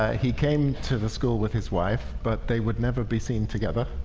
he came to the school with his wife, but they would never be seen together.